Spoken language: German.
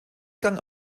gang